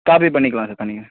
copy பண்ணிக்கலாம் sir தனியாக